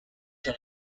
can